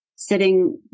Sitting